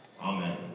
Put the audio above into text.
Amen